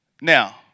Now